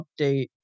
update